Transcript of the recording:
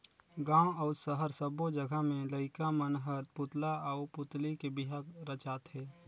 गांव अउ सहर सब्बो जघा में लईका मन हर पुतला आउ पुतली के बिहा रचाथे